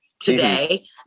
today